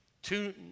two